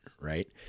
right